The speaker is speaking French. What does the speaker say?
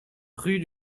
rue